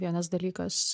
vienas dalykas